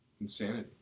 Insanity